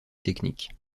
technique